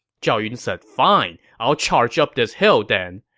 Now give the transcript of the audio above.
zhao yun said fine, i'll charge up this hill then.